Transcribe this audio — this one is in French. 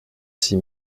six